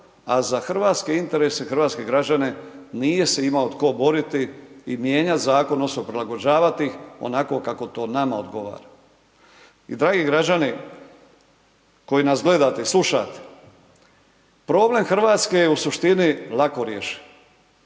a za hrvatske interese i hrvatske građane, nije se imao tko boriti i mijenjati zakon odnosno prilagođavati ih onako kako to nama odgovara. I dragi građani koji nas gledate i slušate, problem Hrvatske je u suštini lako rješiv.